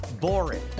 boring